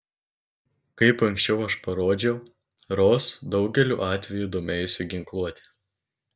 kaip ankščiau aš parodžiau ros daugeliu atvejų domėjosi ginkluote